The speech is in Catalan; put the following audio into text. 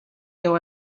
deu